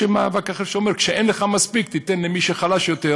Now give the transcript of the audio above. יש מאבק אחר שאומר שכשאין לך מספיק תיתן למי שחלש יותר.